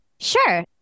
Sure